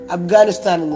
Afghanistan